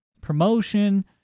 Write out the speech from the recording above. promotion